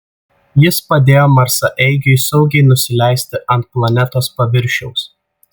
jis padėjo marsaeigiui saugiai nusileisti ant planetos paviršiaus